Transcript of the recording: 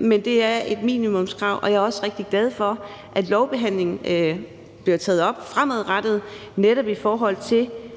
men det er et minimumskrav, og jeg er også rigtig glad for, at lovbehandlingen bliver taget op fremadrettet, netop i forhold til